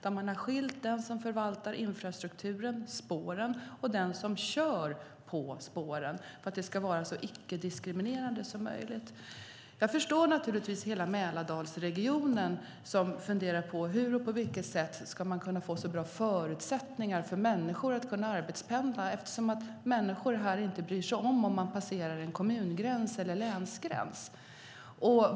Vi har skilt på den som förvaltar infrastrukturen, spåren, och den som kör på spåren för att det ska vara så icke-diskriminerande som möjligt. Jag förstår att man i hela Mälardalsregionen funderar på hur man ska kunna få så bra förutsättningar som möjligt för människor att arbetspendla. Människor här bryr sig inte om ifall de passerar en kommun eller länsgräns.